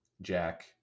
Jack